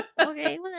Okay